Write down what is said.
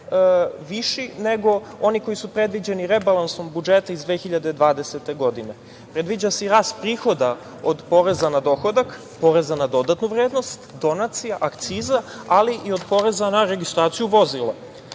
viši nego oni koji su predviđeni rebalansom budžeta iz 2020. godine. Predviđa se i rast prihoda od poreza na dohodak, poreza na dodatnu vrednost, donacija, akciza, ali i od poreza na registraciju vozila. Taj